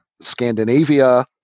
Scandinavia